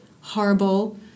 horrible